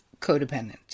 codependent